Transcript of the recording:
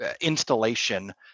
installation